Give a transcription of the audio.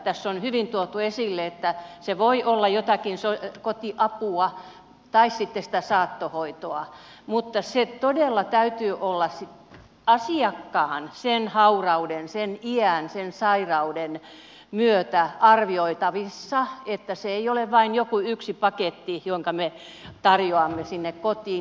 tässä on hyvin tuotu esille että se voi olla jotakin kotiapua tai sitten sitä saattohoitoa mutta sen todella täytyy olla asiakkaan sen haurauden sen iän sen sairauden myötä arvioitavissa niin että se ei ole vain joku yksi paketti jonka me tarjoamme sinne kotiin